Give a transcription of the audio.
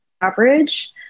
average